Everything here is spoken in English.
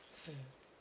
mmhmm